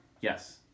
Yes